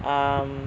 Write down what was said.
um